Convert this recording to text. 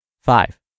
Five